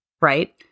Right